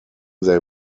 they